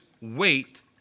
wait